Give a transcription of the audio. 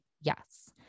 yes